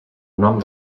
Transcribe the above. nom